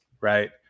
right